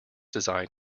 designed